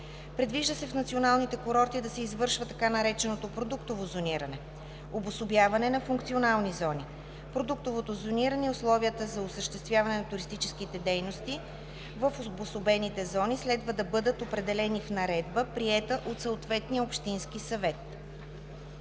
Предвижда се в националните курорти да се извършва така нареченото продуктово зониране – обособяване на функционални зони. Продуктовото зониране и условията за осъществяване на туристически дейности в обособените зони следва да бъдат определени в наредба, приета от съответния общински съвет.